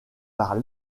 par